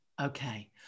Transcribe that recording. okay